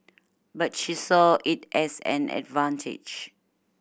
but she saw it as an advantage